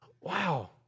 wow